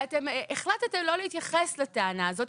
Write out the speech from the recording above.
ואתם החלטתם לא להתייחס לטענה הזאת,